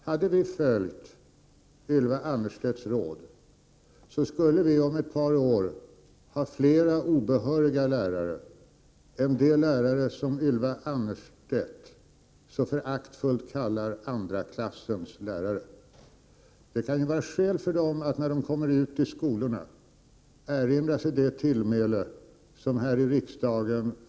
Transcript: Herr talman! Hade vi följt Ylva Annerstedts råd skulle vi om ett par år ha fler obehöriga lärare än det antal lärare som Ylva Annerstedt så föraktfullt kallar andra klassens lärare. Det kan finnas skäl för dem, när de kommer ut i skolorna, att erinra sig det tillmäle som de getts här i riksdagen.